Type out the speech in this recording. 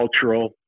cultural